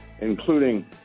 including